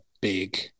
big